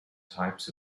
types